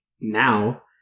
now